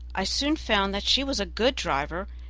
i soon found that she was a good driver,